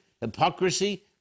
hypocrisy